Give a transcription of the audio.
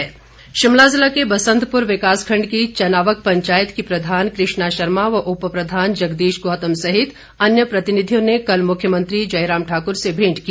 पंचायत शिमला जिला के बसंतपुर विकास खंड की चनावग पंचायत के प्रधान कृष्णा शर्मा व उप प्रधान जगदीश गौतम सहित अन्य प्रतिनिधियों ने कल मुख्यमंत्री जयराम ठाक्र से भेंट की